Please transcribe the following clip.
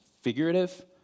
figurative